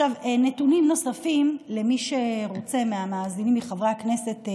נתונים נוספים, למי שרוצה מהמאזינים, מחברי הכנסת,